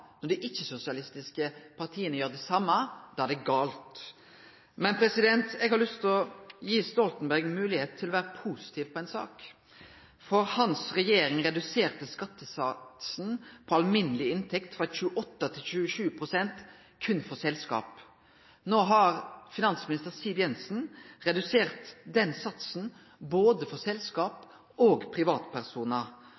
når dei ikkje-sosialistiske partia gjer det same, er det gale. Eg har lyst til å gi Stoltenberg moglegheita til å vere positiv på ei sak. Regjeringa hans reduserte skattesatsen på alminneleg inntekt frå 28 til 27 pst. berre for selskap. No har finansminister Siv Jensen redusert den satsen både for selskap